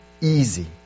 easy